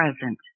present